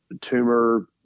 tumor